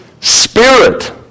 spirit